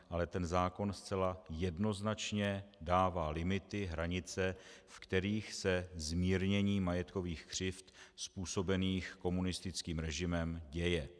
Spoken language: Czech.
Ale ten zákon zcela jednoznačně dává limity, hranice, v kterých se zmírnění majetkových křivd způsobených komunistickým režimem děje.